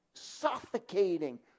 suffocating